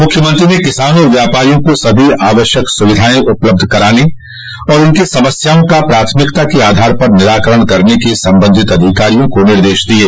मुख्यमंत्री ने किसानों और व्यापारियों को सभी आवश्यक स्विधाएं उपलब्ध कराने तथा उनकी समस्याओं का प्राथमिकता के आधार पर निराकरण करने के संबंधित अधिकारियों को निर्देश दिये